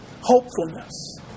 Hopefulness